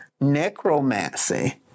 Necromancy